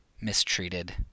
mistreated